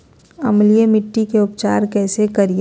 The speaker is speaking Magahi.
अम्लीय मिट्टी के उपचार कैसे करियाय?